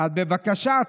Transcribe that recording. אז בבקשה,